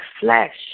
flesh